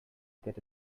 get